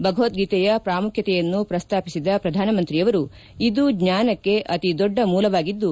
ಭಗವದ್ಗೀತೆಯ ಪ್ರಾಮುಖ್ಯತೆಯನ್ನು ಪ್ರಸ್ತಾಪಿಸಿದ ಪ್ರಧಾನಮಂತ್ರಿಯವರು ಇದು ಜ್ಞಾನಕ್ಕೆ ಅತಿ ದೊಡ್ಡ ಮೂಲವಾಗಿದ್ದು